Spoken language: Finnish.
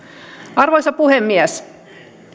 arvoisa puhemies